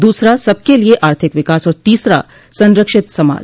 दूसरा सबके लिए आर्थिक विकास और तीसरा संरक्षित समाज